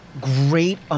Great